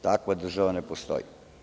Takva država ne postoji.